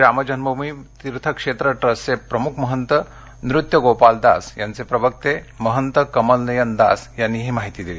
श्री रामजन्मभूमी तीर्थक्षेत्र ट्रस्टचे प्रमुख महंत नृत्यगोपाल दास यांचे प्रवक्ते महंत कमल नयन दास यांनी ही माहिती दिली